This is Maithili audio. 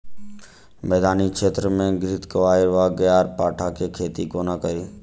मैदानी क्षेत्र मे घृतक्वाइर वा ग्यारपाठा केँ खेती कोना कड़ी?